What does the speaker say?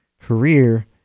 career